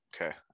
Okay